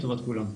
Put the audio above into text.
לטובת כולם.